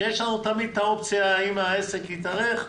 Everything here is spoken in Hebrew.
שיש לנו תמיד את האופציה, אם העסק יתארך,